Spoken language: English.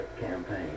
campaign